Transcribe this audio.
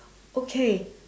okay